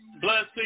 Blessing